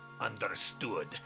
understood